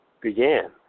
began